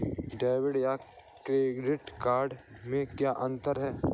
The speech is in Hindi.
डेबिट या क्रेडिट कार्ड में क्या अन्तर है?